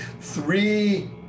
Three